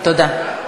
תודה.